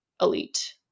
elite